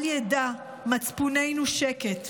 אל ידע מצפוננו שקט".